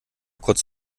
kurz